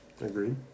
Agreed